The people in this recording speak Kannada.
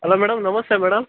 ಅಲೋ ಮೇಡಮ್ ನಮಸ್ತೆ ಮೇಡಮ್